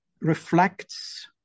reflects